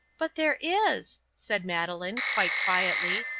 but there is, said madeleine, quite quietly,